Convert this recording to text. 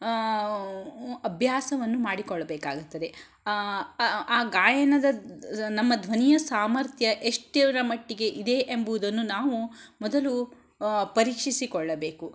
ಅಭ್ಯಾಸವನ್ನು ಮಾಡಿಕೊಳ್ಳಬೇಕಾಗುತ್ತದೆ ಆ ಗಾಯನದ ನಮ್ಮ ಧ್ವನಿಯ ಸಾಮರ್ಥ್ಯ ಎಷ್ಟರ ಮಟ್ಟಿಗೆಯಿದೆ ಎಂಬುವುದನ್ನು ನಾವು ಮೊದಲು ಪರೀಕ್ಷಿಸಿಕೊಳ್ಳಬೇಕು